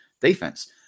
defense